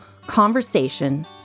conversation